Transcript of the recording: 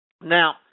Now